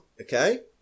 okay